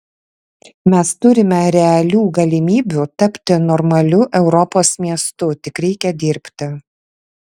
mes turime realių galimybių tapti normaliu europos miestu tik reikia dirbti